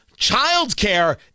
Childcare